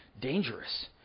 dangerous